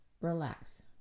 relax